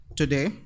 today